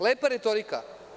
Lepa retorika.